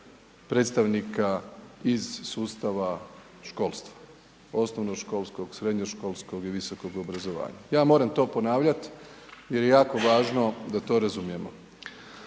predstavnika iz sustava školstva, osnovnoškolskog, srednjoškolskog i visokog obrazovanja. Ja moram to ponavljat jer je jako važno da to razumijemo.